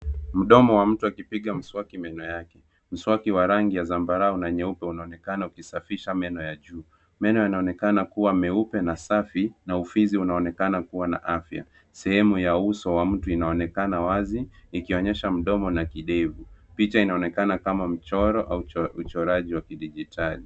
Mdomo wa mtu akipiga mswaki meno yake. Mswaki wa rangi ya zambarau na nyeupe unaonekana ukisafi sha meno ya juu. Meno yanaonekana kuwa meupe na safi na ufizi unaonekana kuwa na afya. Sehemu ya uso wa mtu inaonekana wazi ikionyesha mdomo na kidevu. Picha inaonekana kama mchoro, au uchoraji wa kidijitali.